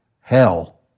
hell